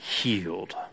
healed